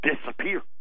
disappear